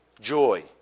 Joy